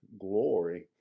glory